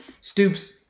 Stoops